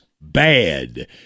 bad